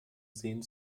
seen